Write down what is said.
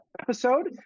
episode